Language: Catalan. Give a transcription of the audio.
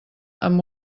amb